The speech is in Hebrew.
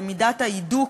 ובמידת ההידוק